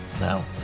now